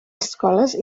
escoles